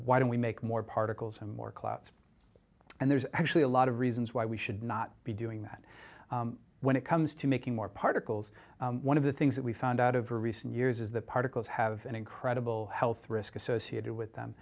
why don't we make more particles and more clouds and there's actually a lot of reasons why we should not be doing that when it comes to making more particles one of the things that we found out of her recent years is that particles have an incredible health risk associated with them